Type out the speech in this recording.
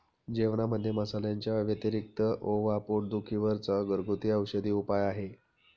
जेवणामध्ये मसाल्यांच्या व्यतिरिक्त ओवा पोट दुखी वर चा घरगुती औषधी उपाय आहे